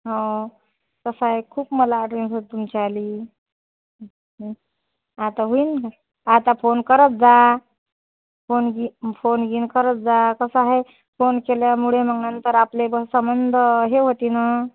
हं कसं आहे खूप मला आठवण येत होती तुमच्या आली आता हुईन ना आता फोन करत जा फोन घे फोन घिऊन करत जा कसा हाय फोन केल्यामुळे मग नंतर आपले ब सबंध हे होतीन